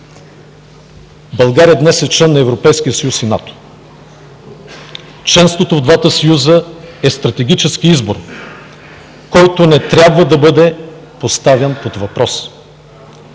България днес е член на Европейския съюз и НАТО. Членството в двата съюза е стратегически избор, който не трябва да бъде поставян под въпрос.